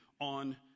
on